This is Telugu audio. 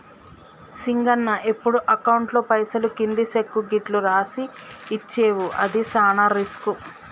సింగన్న ఎప్పుడు అకౌంట్లో పైసలు కింది సెక్కు గిట్లు రాసి ఇచ్చేవు అది సాన రిస్కు